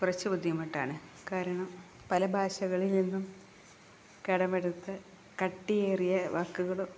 കുറച്ച് ബുദ്ധിമുട്ടാണ് കാരണം പല ഭാഷകളിൽ നിന്നും കടമെടുത്ത കട്ടിയേറിയ വാക്കുകളും